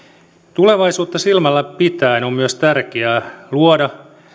tulevaisuutta silmällä pitäen on myös tärkeää luoda